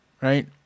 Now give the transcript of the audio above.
right